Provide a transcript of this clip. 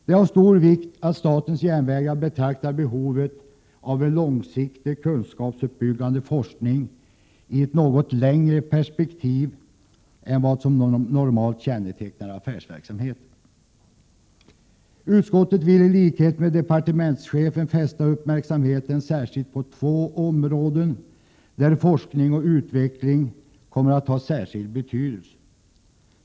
Det är av stor vikt att statens järnvägar betraktar behovet av en långsiktig kunskapsuppbyggande forskning i ett något längre perspektiv än vad som normalt kännetecknar affärsverksamheten. Utskottet vill i likhet med departementschefen fästa uppmärksamheten särskilt på två områden där forskning och utveckling kommer att ha särskild betydelse.